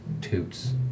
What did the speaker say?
toots